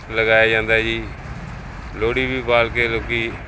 ਲਗਾਇਆ ਜਾਂਦਾ ਹੈ ਜੀ ਲੋਹੜੀ ਵੀ ਵਾਲ ਕੇ ਲੋਕ